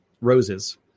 roses